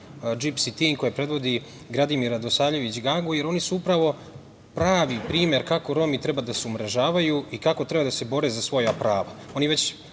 „Džipski tim“, koje predvodi Gradimir Radosavljević Gango, jer oni su upravo pravi primer kako Romi treba da se umrežavaju i kako treba da se bore za svoja prava.